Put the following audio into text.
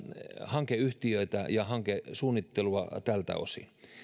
hankeyhtiöitä ja hankesuunnittelua tältä osin